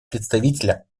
представителя